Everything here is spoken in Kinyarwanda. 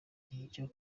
icyo